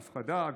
הפחדה,